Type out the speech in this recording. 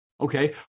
okay